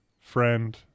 friend